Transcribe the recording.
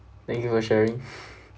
thank you for sharing